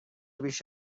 بیش